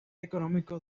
económico